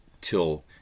till